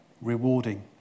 rewarding